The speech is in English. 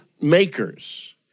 makers